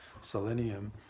selenium